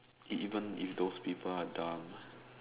even if those people are dumb